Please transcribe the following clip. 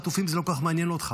שהחטופים זה לא כל כך מעניין אותך.